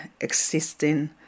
existing